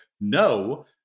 no